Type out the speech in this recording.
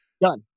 Done